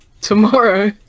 Tomorrow